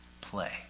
play